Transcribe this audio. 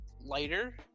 lighter